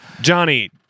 Johnny